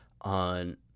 on